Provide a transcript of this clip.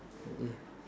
ya